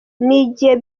nigiye